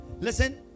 Listen